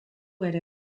ere